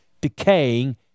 decaying